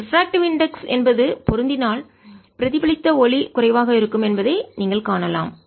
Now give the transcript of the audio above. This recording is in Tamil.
ரிஃராக்ட்டிவ் இன்டெக்ஸ் ஒளிவிலகல் குறியீடு என்பது பொருந்தினால் பிரதிபலித்த ஒளி குறைவாக இருக்கும் என்பதை நீங்கள் காணலாம்